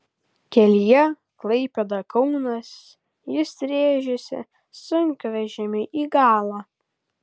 kelyje klaipėda kaunas jis rėžėsi sunkvežimiui į galą